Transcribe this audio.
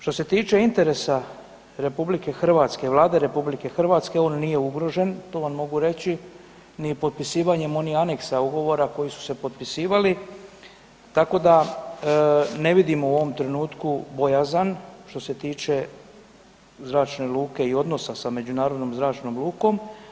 Što se tiče interesa RH, Vlade RH on nije ugrožen, to vam mogu reći, ni potpisivanjem onih aneksa ugovora koji su se potpisivali tako da ne vidim u ovom trenutku bojazan što se tiče zračne luke i odnosa sa međunarodnom zračnom lukom.